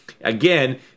Again